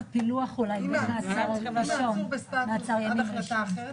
אם העצור בסטטוס עד החלטה אחרת,